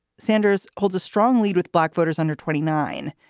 sanders holds a strong lead with black voters under twenty nine.